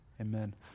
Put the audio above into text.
Amen